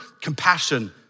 compassion